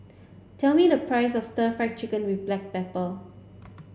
tell me the price of Stir Fry Chicken with Black Pepper